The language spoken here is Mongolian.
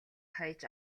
хаяж